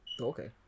Okay